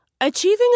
achieving